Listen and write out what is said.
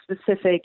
specific